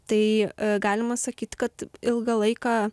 tai galima sakyt kad ilgą laiką